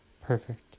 Perfect